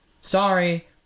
sorry